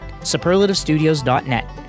superlativestudios.net